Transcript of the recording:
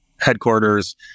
headquarters